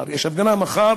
יש הפגנה מחר